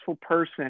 person